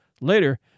later